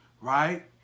right